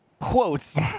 Quotes